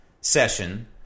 session